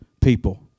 people